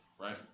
right